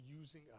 using